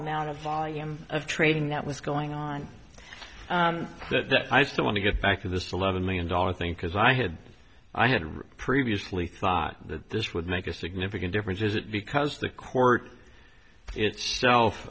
amount of volume of trading that was going on that i still want to get back to this eleven million dollar thing because i had i had previously thought that this would make a significant difference is it because the court